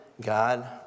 God